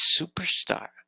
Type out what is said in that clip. superstar